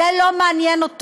זה לא מעניין אותו.